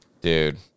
Dude